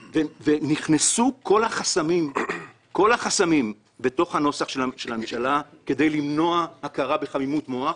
נכנסו כל החסמים בתוך הנוסח של הממשלה כדי למנוע הכרה בחמימות מוח,